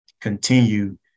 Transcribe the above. continue